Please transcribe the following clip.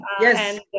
yes